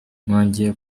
mwongeye